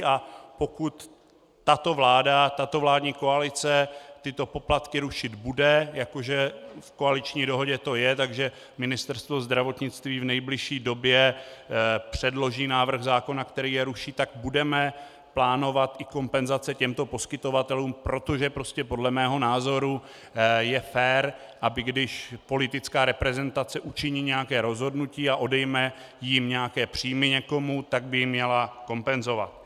A pokud tato vláda, tato vládní koalice tyto poplatky rušit bude, jako že v koaliční dohodě to je, Ministerstvo zdravotnictví v nejbližší době předloží návrh zákona, který je ruší, tak budeme plánovat i kompenzace těmto poskytovatelům, protože podle mého názoru je fér, aby když politická reprezentace učiní nějaké rozhodnutí a odejme někomu nějaké příjmy, tak by je měla kompenzovat.